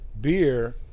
beer